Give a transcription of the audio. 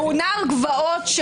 שהוא נער גבעות,